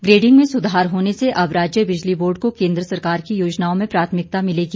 grading में सुधार होने से अब राज्य बिजली बोर्ड को केंद्र सरकार की योजनाओं में प्राथमिकता मिलेगी